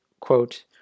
quote